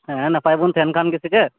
ᱦᱮᱸ ᱱᱟᱯᱟᱭ ᱵᱚᱱ ᱛᱟᱦᱮᱱ ᱠᱷᱟᱱ ᱜᱮ ᱥᱮ ᱪᱮᱫ